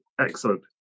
Excellent